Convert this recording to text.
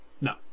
No